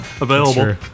available